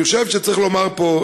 אני חושב שצריך לומר פה,